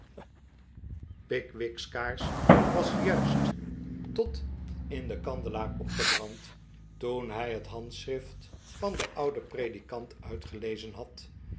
pickwick's kaars was juist tot in den kandelaar opgehrand toen hij het handschrift van den ouden predikant uitgelezen had